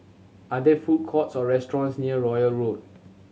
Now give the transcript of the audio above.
are there food courts or restaurants near Royal Road